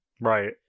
right